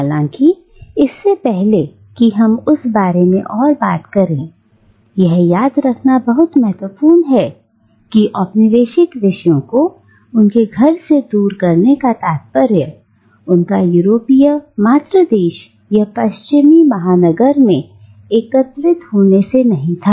हालांकि इससे पहले कि हम उस बारे में और बात करें यह याद रखना बहुत महत्वपूर्ण है कि औपनिवेशिक विषयों को उनके घर से दूर करने का तात्पर्य उनका यूरोपीय मातृ देश या पश्चिमी महानगर में एकत्रित होने से नहीं था